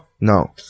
no